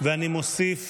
מוסיף